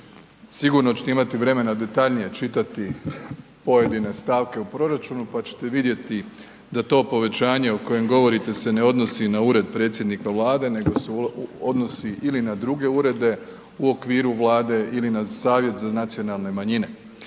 sigurno ćete imati vremena detaljnije čitati pojedine stavke u proračunu, pa ćete vidjeti da to povećanje o kojem govorite se ne odnosi na ured predsjednika Vlade, nego se odnosi ili na druge urede u okviru Vlade ili na Savjet za nacionalne manjine